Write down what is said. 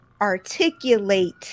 articulate